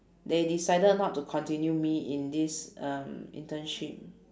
they decided not to continue me in this um internship